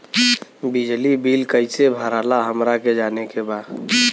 बिजली बिल कईसे भराला हमरा के जाने के बा?